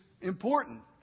important